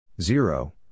Zero